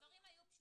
הדברים היו פשוטים,